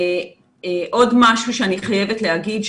עוד משהו שאני חייבת להגיד,